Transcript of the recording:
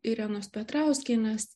irenos petrauskienės